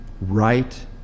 Right